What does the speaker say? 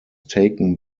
taken